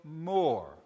more